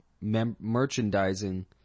merchandising